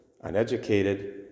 uneducated